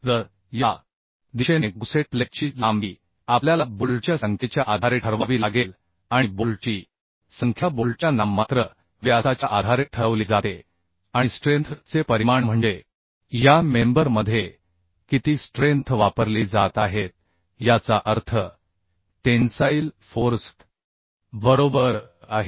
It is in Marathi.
तर या दिशेने गुसेट प्लेटची लांबी आपल्याला बोल्टच्या संख्येच्या आधारे ठरवावी लागेल आणि बोल्टची संख्या बोल्टच्या नाममात्र व्यासाच्या आधारे ठरवली जाते आणि स्ट्रेंथ चे परिमाण म्हणजे या मेंबर मध्ये किती स्ट्रेंथ वापरली जात आहेत याचा अर्थ टेन्साईल फोर्स बरोबर आहे